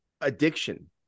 addiction